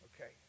okay